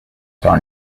are